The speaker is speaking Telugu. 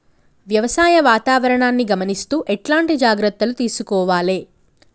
వ్యవసాయ వాతావరణాన్ని గమనిస్తూ ఎట్లాంటి జాగ్రత్తలు తీసుకోవాలే?